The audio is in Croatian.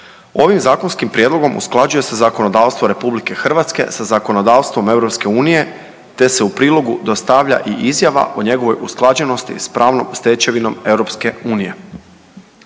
Ovim zakonskim prijedlogom usklađuje se zakonodavstvo RH sa zakonodavstvom EU te se u prilogu dostavlja i izjava o njegovoj usklađenosti s pravnom stečevinom EU.